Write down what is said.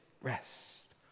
rest